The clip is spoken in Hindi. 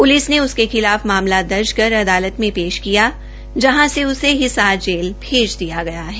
प्लिस ने उसके खिलाफ मामला दर्ज कर अदालत में प्रेश किया जहां से उसे हिसार जेल भेज दिया गया है